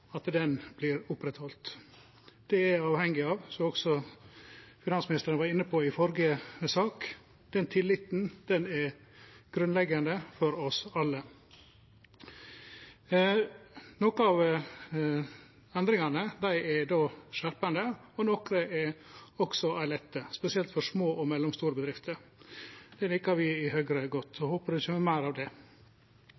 sak. Den tilliten er grunnleggjande for oss alle. Nokre av endringane er skjerpande, og nokre er også ei lette – spesielt for små og mellomstore bedrifter. Det likar vi i Høgre godt